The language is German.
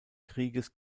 krieges